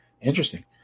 Interesting